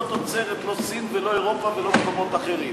לא תוצרת לא סין ולא אירופה ולא מקומות אחרים.